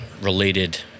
related